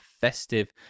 festive